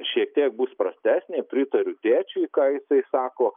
šiek tiek bus prastesnė pritariu tėčiui ką jisai sako